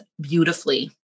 beautifully